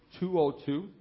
202